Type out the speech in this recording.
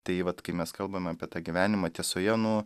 tai vat kai mes kalbame apie tą gyvenimą tiesoje nu